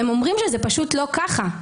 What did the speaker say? והם אומרים שזה פשוט לא ככה.